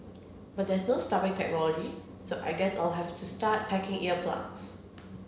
but there's no stopping technology so I guess I'll have to start packing ear plugs